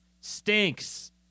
stinks